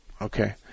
okay